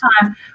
time